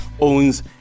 owns